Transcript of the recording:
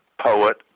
poet